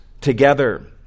together